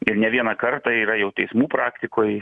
ir ne vieną kartą yra jau teismų praktikoj